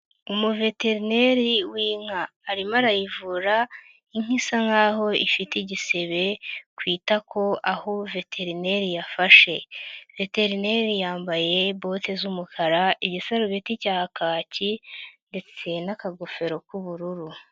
Umuveterineri w'inka arimo arayivura inka isa nk'aho ifite igisebe ku itako aho veterineri yafashe, veterineri yambaye bote z'umukara, igiserubeti cya kaki ndetse n'akagofero k'ubururu.